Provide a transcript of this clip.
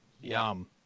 Yum